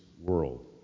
world